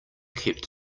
kept